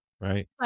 right